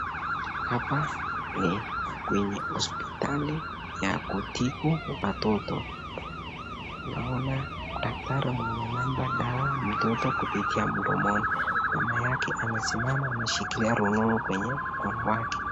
Hapa ni kwenye hospitali ya kutibu watoto , naona daktari mwenye anampa dawa mtoto kupitia mdomoni mama yake amesimama ameshikilia rununu kwenye mkono wake.